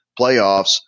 playoffs